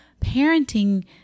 parenting